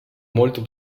molto